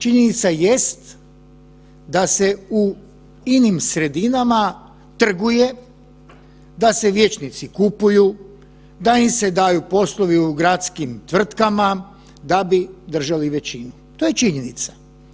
Činjenica jest da se u inim sredinama trguje, da se vijećnici kupuju, da im se daju poslovi u gradskim tvrtkama da bi držali većinu, to je činjenica.